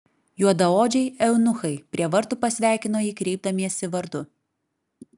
juodaodžiai eunuchai prie vartų pasveikino jį kreipdamiesi vardu